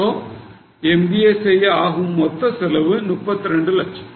so MBA செய்ய ஆகும் மொத்த செலவு 32 லட்சம்